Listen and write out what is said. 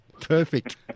Perfect